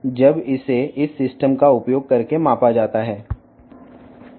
కాబట్టి ఈ వ్యవస్థను ఉపయోగించి కొలిచినప్పుడు ఒక వ్యక్తి కోసం చూపిన చిత్రం ఇక్కడ ఉంది